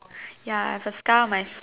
ya I have a scar on my